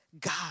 God